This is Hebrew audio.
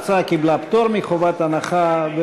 ההצעה קיבלה פטור מחובת הנחה,